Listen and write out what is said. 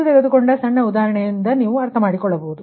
ನಾನು ತೆಗೆದುಕೊಂಡ ಸಣ್ಣ ಉದಾಹರಣೆ ನೀವು ಸರಿಯಾಗಿ ಅರ್ಥಮಾಡಿಕೊಳ್ಳಬಹುದು